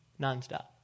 nonstop